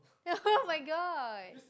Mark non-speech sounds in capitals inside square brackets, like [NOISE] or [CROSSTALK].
[LAUGHS] oh-my-god